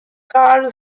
carl